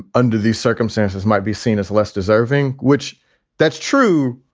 under these circumstances might be seen as less deserving, which that's true.